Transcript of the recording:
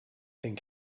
thing